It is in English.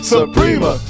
Suprema